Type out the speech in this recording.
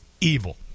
evil